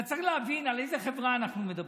אתה צריך להבין על איזה חברה אנחנו מדברים.